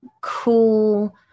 cool